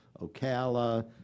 Ocala